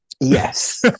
yes